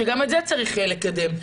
שגם את זה צריך יהיה לקדם.